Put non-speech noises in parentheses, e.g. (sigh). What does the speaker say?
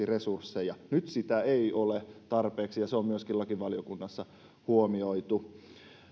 (unintelligible) resursseja nyt niitä ei ole tarpeeksi ja se on myöskin lakivaliokunnassa huomioitu